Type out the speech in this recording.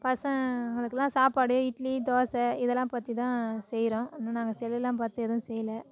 பசங்களுக்குலாம் சாப்பாடு இட்லி தோசை இதெலாம் பற்றி தான் செய்கிறோம் இன்னும் நாங்கள் செல்லுலாம் பார்த்து எதுவும் செய்யல